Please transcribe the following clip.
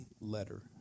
letter